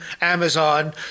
Amazon